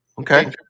Okay